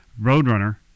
Roadrunner